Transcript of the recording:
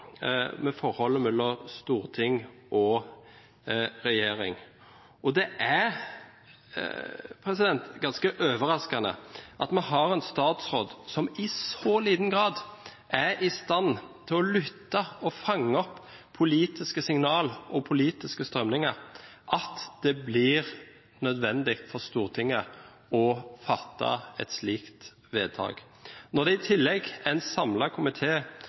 forholdet mellom storting og regjering. Det er ganske overraskende at vi har en statsråd som i så liten grad er i stand til å lytte og fange opp politiske signal og politiske strømninger at det blir nødvendig for Stortinget å fatte et slikt vedtak. Når det i tillegg er en